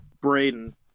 Braden